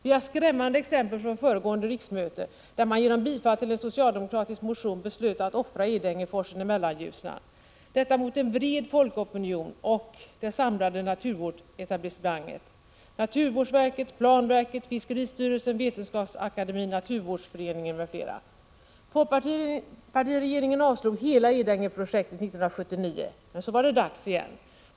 Vi har skrämmande exempel från föregående riksmöte, där man genom bifall till en socialdemokratisk motion beslöt att offra Edängeforsen i Mellanljusnan, detta mot en bred folkopinion och det samlade naturvårdsetablissemanget — naturvårdsverket, planverket, fiskeristyrelsen, Vetenskapsakademien, Naturskyddsföreningen m.fl. Folkpartiregeringen avstyrkte hela Edängeprojektet 1979. Men så var det dags igen.